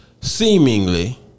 seemingly